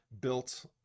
built